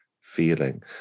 feeling